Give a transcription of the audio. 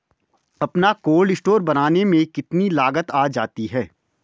अपना cold store बनाने में कितनी लागत आ जाती है?